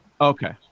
Okay